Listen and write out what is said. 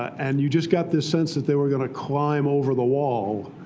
and you just got this sense that they were going to climb over the wall,